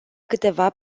câteva